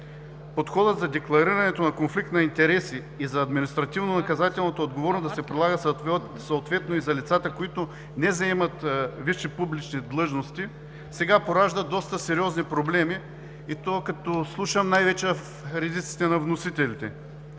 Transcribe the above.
Подходът за декларирането на конфликт на интереси и за административнонаказателната отговорност да се прилага съответно и за лицата, които не заемат висши публични длъжности, сега поражда доста сериозни проблеми, и то, като слушам, най-вече в редиците на вносителите.